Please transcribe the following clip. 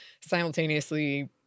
simultaneously